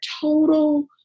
total